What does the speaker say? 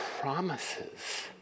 promises